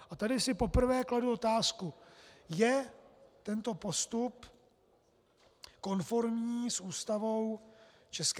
A tady si poprvé kladu otázku: Je tento postup konformní s Ústavu ČR?